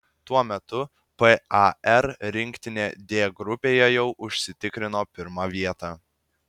tuo metu par rinktinė d grupėje jau užsitikrino pirmą vietą